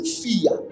fear